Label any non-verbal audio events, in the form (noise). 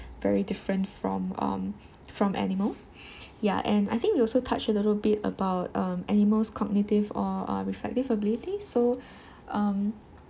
very different from um from animals (breath) ya and I think you also touched a little bit about um animals cognitive or uh reflective abilities so (breath) um